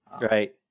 Right